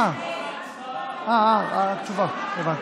אה, תשובה, הבנתי.